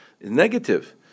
negative